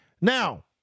Now